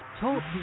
Talk